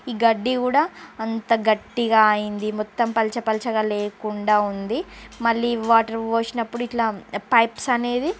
ఈ గడ్డి కూడా అంతా గట్టిగా అయ్యింది మొత్తం పల్చ పలుచగా లేకుండా ఉంది మళ్ళీ వాటర్ పోసినప్పుడు ఇట్లా పైప్స్ అనేవి